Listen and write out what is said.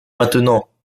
maintenant